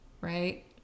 right